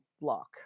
block